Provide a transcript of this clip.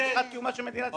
למדינה יש חובה לאזרחים שלה,